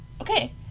okay